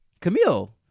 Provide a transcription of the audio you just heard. Camille